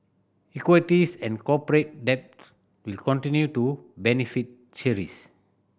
equities and corporate debt will continue to beneficiaries